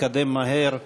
תתקדם מהר בוועדה.